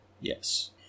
Yes